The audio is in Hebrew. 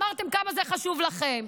ואמרתם כמה זה חשוב לכם.